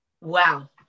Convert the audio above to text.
Wow